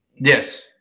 yes